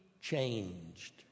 changed